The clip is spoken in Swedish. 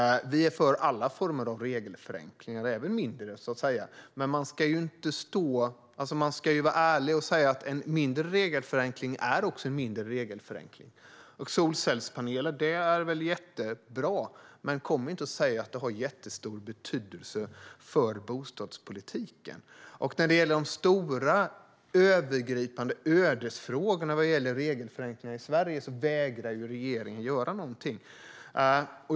Vi är för alla former av regelförenklingar, även mindre, men man ska ju vara ärlig och säga att en mindre regelförenkling är en mindre regelförenkling. Solcellspaneler är väl jättebra, men kom inte och säg att det har jättestor betydelse för bostadspolitiken. När det gäller de stora, övergripande ödesfrågorna vad gäller regelförenklingar i Sverige vägrar ju regeringen göra någonting.